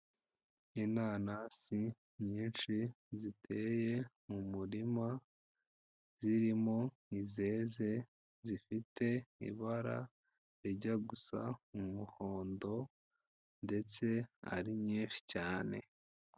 Inanasi nyinshi, ziteye mu murima, zirimo izeze, zifite ibara rijya gusa umuhondo ndetse ari nyinshi cyane.